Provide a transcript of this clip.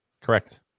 Correct